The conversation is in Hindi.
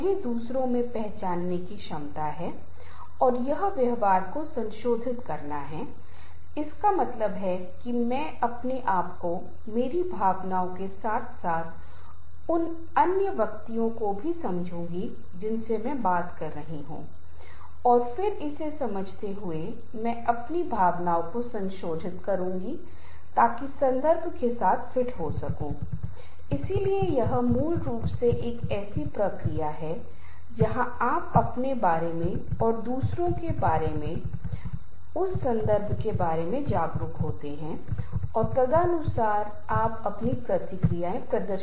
इसलिए जब भी समूह में टकराव होता है तो इसे केवल विचारों की लड़ाई के रूप में नहीं देखा जाना चाहिए बल्कि उन लोगों के बीच लड़ाई के रूप में जिनके पास मूल रूप से विचार हैं जो पसंद और नापसंद के कारण व्यक्तिगत मतभेदों के कारण कई बार ऐसा करते हैं इसके कई कारक हैं शायद कई बार हम अपने बारे में नहीं जानते हैं कि दूसरे मेरे बारे में क्या सोच रहे हैं दूसरे समूह के सदस्यों के बारे में क्या सोच रहे हैं और इससे बहुत समस्या होती है बहुत सी गलतफहमी होती है